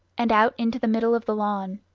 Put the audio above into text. and out into the middle of the lawn,